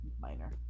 minor